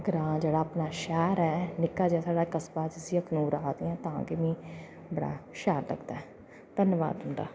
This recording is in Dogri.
ग्रांऽ जेह्ड़ा अपना शैह्र ऐ इक्क निक्का साढ़ा कस्बा जिसी अखनूर आक्खदे न तां गै मिगी बड़ा शैल लगदा ऐ धन्नबाद तुं'दा